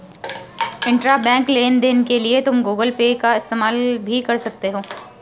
intrabank लेन देन के लिए तुम गूगल पे का इस्तेमाल भी कर सकती हो